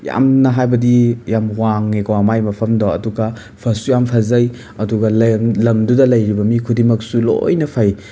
ꯌꯥꯝꯅ ꯍꯥꯏꯕꯗꯤ ꯌꯥꯝ ꯋꯥꯡꯉꯦꯀꯣ ꯃꯥꯏ ꯃꯐꯃꯗꯣ ꯑꯗꯨꯒ ꯐꯁꯨ ꯌꯥꯝ ꯐꯖꯩ ꯑꯗꯨꯒ ꯂꯩꯔꯝ ꯂꯝꯗꯨꯗ ꯂꯩꯔꯤꯕ ꯃꯤ ꯈꯨꯗꯤꯡꯃꯛꯁꯨ ꯂꯣꯏꯅ ꯐꯩ